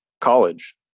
college